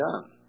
done